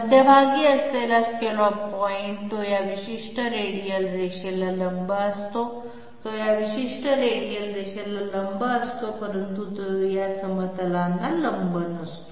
मध्यभागी असलेला scallop point तो या विशिष्ट रेडियल रेषेला लंब असतो तो या विशिष्ट रेडियल रेषेला लंब असतो परंतु तो या समतलांना लंब नसतो